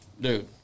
Dude